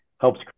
helps